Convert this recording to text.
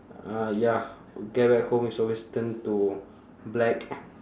uh ya get back home it's always turn to black